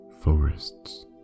forests